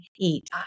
eat